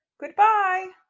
goodbye